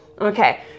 Okay